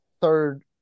third